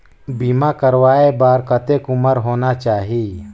बीमा करवाय बार कतेक उम्र होना चाही?